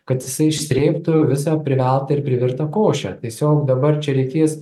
kad jisai išsrėbtų visą priveltą ir privirtą košę tiesiog dabar čia reikės